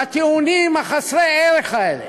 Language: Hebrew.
בטיעונים חסרי הערך האלה,